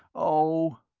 oh!